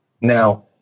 Now